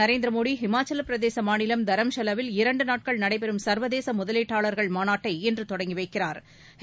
நரேந்திரமோடி இமாச்சலப்பிரதேச மாநிலம் தாமசாவாவில் இரண்டு நாட்கள் நடைபெறும் சா்வதேச முதலீட்டாளா்கள் மாநாட்டை இன்று தொடங்கி வைக்கிறாா்